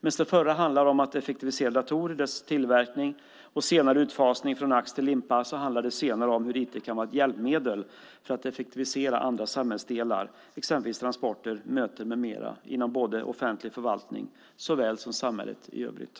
Medan det förra handlar om att effektivisera datorer och deras tillverkning och senare utfasning från ax till limpa handlar det senare om hur IT kan vara ett hjälpmedel för att effektivisera andra samhällsdelar, exempelvis transporter och möten, inom såväl offentlig förvaltning som samhället i övrigt.